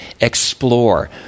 explore